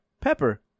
pepper